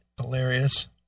Hilarious